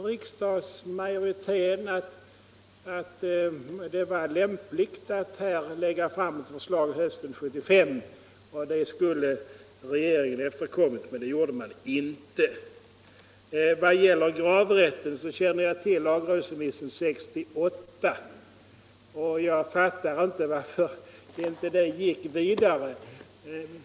Riksdagsmajoriteten ansåg alltså att det var lämpligt att lägga fram förslag hösten 1975, och det skulle regeringen ha efterkommit, men det gjorde den inte. Vad gäller gravrätten känner jag till lagrådsremissen 1968, och jag fattar inte varför den inte gick vidare.